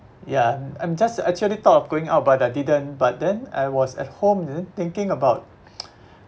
ya I'm just actually thought of going out but I didn't but then I was at home didn't thinking about